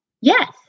Yes